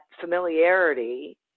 familiarity